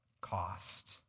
cost